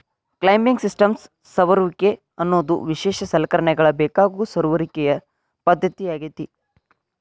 climbing systems ಸಮರುವಿಕೆ ಅನ್ನೋದು ವಿಶೇಷ ಸಲಕರಣೆಗಳ ಬೇಕಾಗೋ ಸಮರುವಿಕೆಯ ಪದ್ದತಿಯಾಗೇತಿ